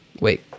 Wait